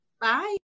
Bye